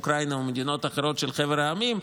אוקראינה או מדינות אחרות של חבר המדינות,